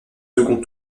second